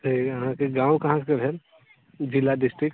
अहाँके गाँव कहाँसँ भेल जिला डिस्ट्रिक्ट